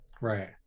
right